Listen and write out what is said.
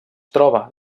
troba